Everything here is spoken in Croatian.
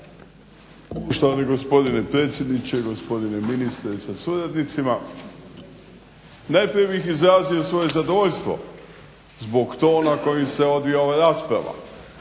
Štovani gospodine predsjedniče, gospodine ministre sa suradnicima. Najprije bih izrazio svoje zadovoljstvo zbog tona kojim se odvija ova rasprava